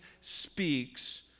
speaks